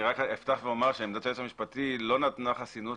אני רק אפתח ואומר שעמדת היועץ המשפטי לא נתנה חסינות